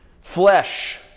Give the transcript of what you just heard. flesh